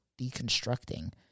deconstructing